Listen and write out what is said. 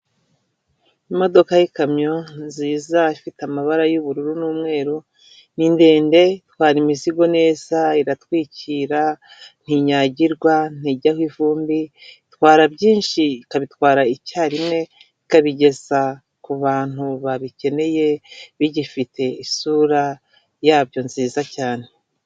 Imodoka y yiikamyo nziza ifite amabara y'ubururu n'umweru, ni ndende itwara imizigo neza iratwikira ntinyagirwa, ntigeraho ivumbi, itwara byinshi ikabitwara icyarimwe ikabigeza ku bantu babikeneye bigifite isura yabyo nziza cyane.